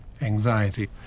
anxiety